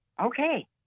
Okay